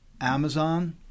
Amazon